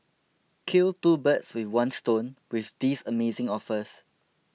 kill two birds with one stone with these amazing offers